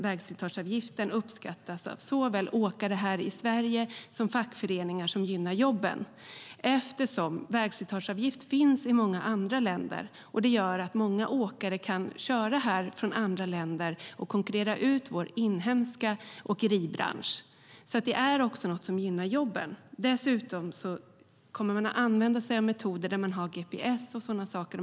Vägslitageavgiften uppskattas av såväl åkare här i Sverige som fackföreningar som gynnar jobben. Vägslitageavgift finns i många andra länder. Det gör att många åkare från andra länder kan köra här och konkurrera ut vår inhemska åkeribransch. Det är alltså också något som gynnar jobben. Dessutom kommer man att använda sig av metoder med gps och sådana saker.